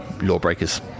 lawbreakers